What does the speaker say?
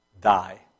die